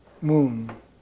moon